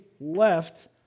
left